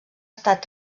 estat